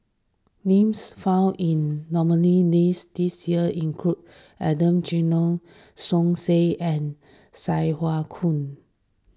names found in the nominees' list this year include Adan Jimenez Som Said and Sai Hua Kuan